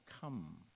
come